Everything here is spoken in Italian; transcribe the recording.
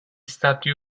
stati